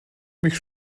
mich